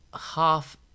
half